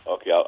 Okay